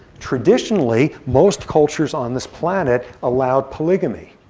traditionally, most cultures on this planet allowed polygamy.